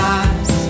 eyes